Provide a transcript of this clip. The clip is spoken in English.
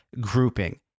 grouping